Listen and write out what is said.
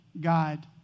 God